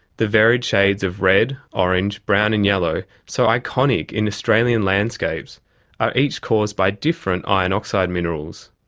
the varied shades of red, orange, brown and yellow, so iconic in australian landscapes, are each caused by different iron oxide minerals.